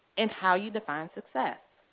and how you define success.